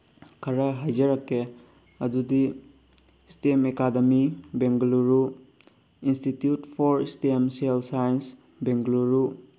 ꯈꯔ ꯍꯥꯏꯖꯔꯛꯀꯦ ꯑꯗꯨꯗꯤ stem academy Bengaluru institute for stem cell science Bengaluru